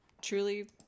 truly